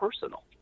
personal